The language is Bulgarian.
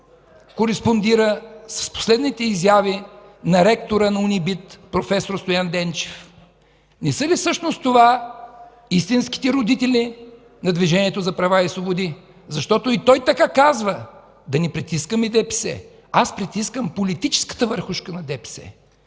кореспондира с последните изяви на ректора на УниБИТ проф. Стоян Денчев? Не са ли всъщност това истинските родители на Движението за права и свободи? Защото и той така казва – да не притискаме ДПС. Аз притискам политическата върхушка на ДПС,